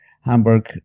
Hamburg